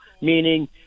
meaning